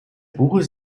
buches